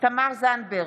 תמר זנדברג,